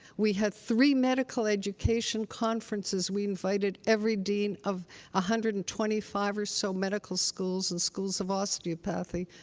we had three medical education conferences. we invited every dean of one ah hundred and twenty five or so medical schools and schools of osteopathy.